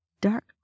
Dark